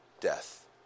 death